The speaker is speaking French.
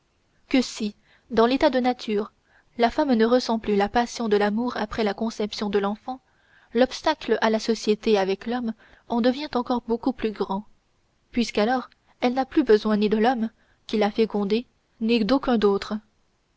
que si dans l'état de nature la femme ne ressent plus la passion de l'amour après la conception de l'enfant l'obstacle à la société avec l'homme en devient encore beaucoup plus grand puisqu'alors elle n'a plus besoin ni de l'homme qui l'a fécondée ni d'aucun d'autre